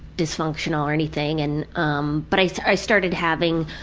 dysfunctional or anything and um. but i i started having,